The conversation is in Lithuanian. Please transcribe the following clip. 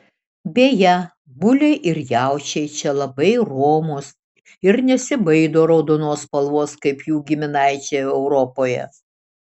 beje buliai ir jaučiai čia labai romūs ir nesibaido raudonos spalvos kaip jų giminaičiai europoje